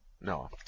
No